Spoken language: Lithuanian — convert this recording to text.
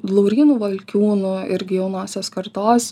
laurynu valkiūnu irgi jaunosios kartos